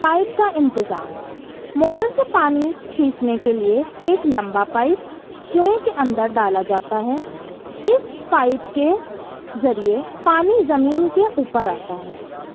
pipe کا انتظام motor سے پانی کھینچنے کے لیے ایک لمبا پائپ کنویں کے اندر ڈالا جاتا ہے اس پائپ کے ذریعے پانی زمین کے اوپر آتا ہے